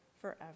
forever